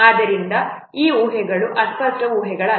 ಆದ್ದರಿಂದ ಈ ಊಹೆಗಳು ಅಸ್ಪಷ್ಟ ಊಹೆಗಳಲ್ಲ